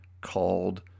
called